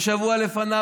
ושבוע לפניו,